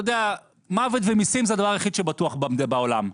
מוות ומסים זה הדבר היחיד שבטוח בעולם,